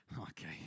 Okay